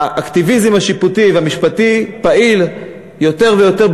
האקטיביזם השיפוטי והמשפטי פעיל יותר ויותר,